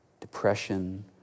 depression